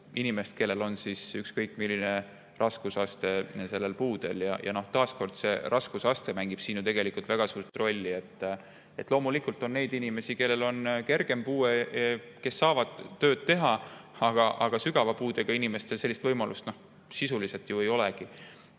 inimese, kellel on ükskõik millise raskusastmega puue. Ja taas, see raskusaste mängib siin ju tegelikult väga suurt rolli. Loomulikult on neid inimesi, kellel on kergem puue, kes saavad tööd teha, aga sügava puudega inimestel sellist võimalust sisuliselt ju ei olegi.